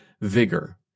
vigor